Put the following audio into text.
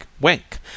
wink